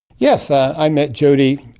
yes, i met jodi.